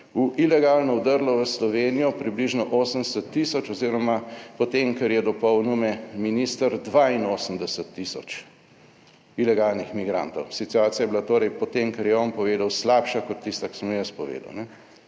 ilegalno vdrlo v Slovenijo približno 80 tisoč oz. po tem, kar je dopolnil me minister, 82 tisoč ilegalnih migrantov. Situacija je bila torej po tem, kar je on povedal, slabša kot tista, ki sem jo jaz povedal,